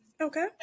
Okay